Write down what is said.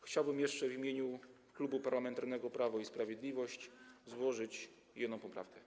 Chciałbym jeszcze w imieniu Klubu Parlamentarnego Prawo i Sprawiedliwość złożyć jedną poprawkę.